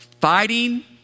fighting